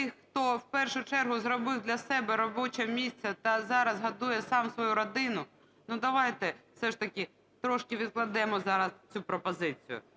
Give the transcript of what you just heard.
тих, хто в першу чергу зробив для себе робоче місце та зараз годує сам свою родину, ну, давайте все ж таки трошки відкладемо зараз цю пропозицію.